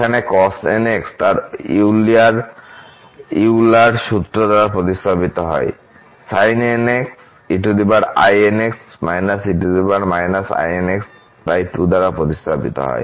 যেখানে cosnx তার Euler সূত্র দ্বারা প্রতিস্থাপিত হয় sin nx দ্বারা প্রতিস্থাপিত হয়